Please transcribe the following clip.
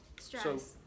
stress